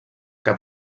que